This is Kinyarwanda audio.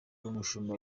umushumba